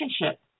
relationship